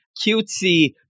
cutesy